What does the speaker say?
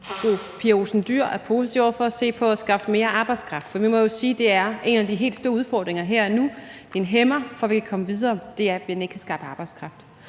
Pia Olsen Dyhr er positiv over for at se på at skaffe mere arbejdskraft, for vi må jo sige, at det er en af de helt store udfordringer her og nu. En hæmmer for, at vi kan komme videre, er, at vi ikke kan skaffe arbejdskraft.